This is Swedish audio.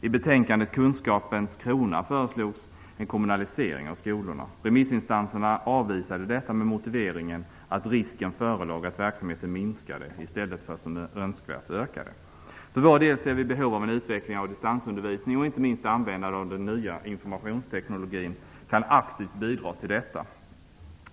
I betänkandet Kunskapens krona föreslogs en kommunalisering av skolorna. Remissinstanserna avvisade detta med motiveringen att det förelåg en risk för att verksamheten skulle minska i stället för att, som önskvärt, öka. För vår del ser vi behov av en utveckling av distansundervisningen. Inte minst användande av den nya informationsteknologin kan aktivt bidra till detta.